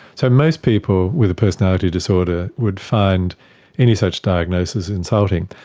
so most people with personality disorder would find any such diagnosis insulting.